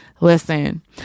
Listen